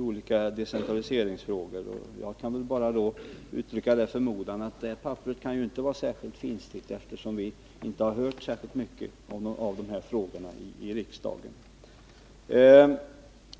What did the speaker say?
olika decentraliseringsfrågor. Jag kan bara uttrycka en förmodan att det papperet inte kan vara särskilt finstilt — dvs. inte innehålla så mycket — eftersom vi inte har hört mycket om dessa frågor här i riksdagen.